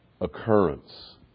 occurrence